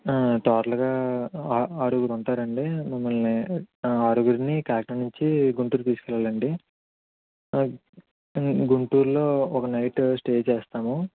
టోటల్గా ఆ ఆరుగురు ఉంటారండీ మమ్మల్ని ఆరుగురిని కాకినాడ నుంచి గుంటూరు తీసుకెళ్లాలండి గుంటూరులో ఒక నైటు స్టే చేస్తాము